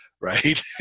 right